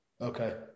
Okay